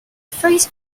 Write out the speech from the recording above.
phrase